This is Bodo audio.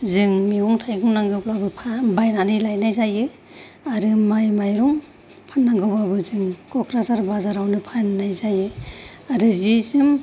जों मैगं थाइगं नांगौब्लाबो बायनानै लायनाय जायो आरो माइ माइरं फाननांगौबाबो जोङो क'क्राझार बाजारावनो फाननाय जायो आरो जि जोम